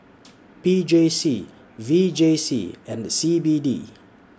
P J C V J C and C B D